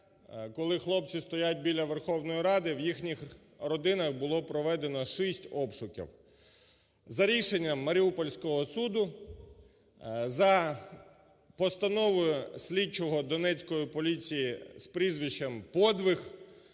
коли хлопці стоять біля Верховної Ради, в їхніх родинах було проведено 6 обшуків. За рішенням Маріупольського суду, за постановою слідчого Донецької поліції з прізвищем Подвиг,